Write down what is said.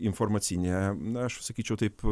informacinė na aš sakyčiau taip